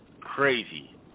crazy